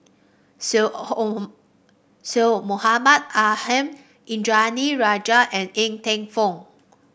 Syed Syed Mohamed Ahmed Indranee Rajah and Ng Teng Fong